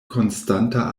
konstanta